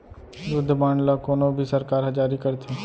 युद्ध बांड ल कोनो भी सरकार ह जारी करथे